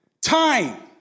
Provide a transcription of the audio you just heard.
Time